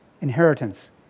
inheritance